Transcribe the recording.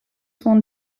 von